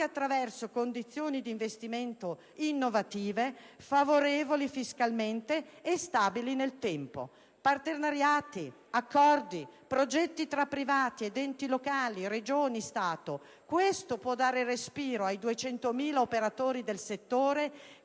attraverso condizioni di investimento innovative, favorevoli fiscalmente e stabili nel tempo. Partenariati, accordi, progetti tra privati ed enti locali, Regioni, Stato: questo può dare respiro ai 200.000 operatori del settore, che